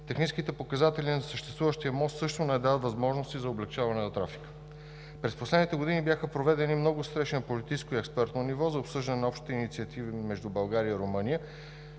Техническите показатели на съществуващия мост също не дават възможности за облекчаване на трафика. През последните години бяха проведени много срещи на техническо и експертно ниво за обсъждане на общите инициативи между България и Румъния,